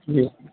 جی